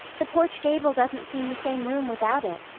the porch gable doesn't seem the same room without it.